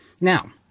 Now